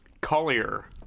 Collier